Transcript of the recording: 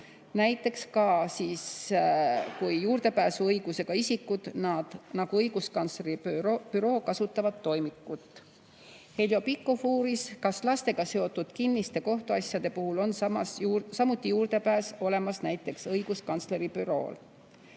näiteks ka siis, kui juurdepääsuõigusega isikud, nagu õiguskantsleri büroo, kasutavad toimikut. Heljo Pikhof uuris, kas lastega seotud kinniste kohtuasjade puhul on samuti juurdepääs olemas näiteks õiguskantsleri bürool.